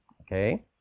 okay